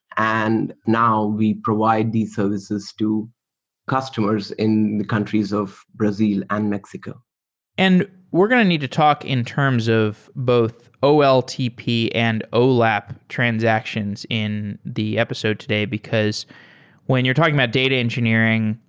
and now we provide these services to customers in the countries of brazil and mexico and we're going to need to talk in terms of both oltp and olap transactions in the episode today, because when you're talking about data engineering,